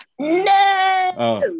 No